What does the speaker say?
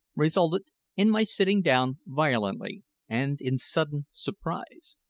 resulted in my sitting down violently and in sudden surprise.